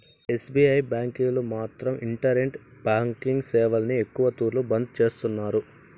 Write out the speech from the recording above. SBI బ్యాంకీలు మాత్రం internet banking సేవల్ని ఎక్కవ తూర్లు బంద్ చేస్తున్నారు